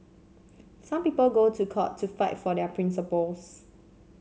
some people go to court to fight for their principles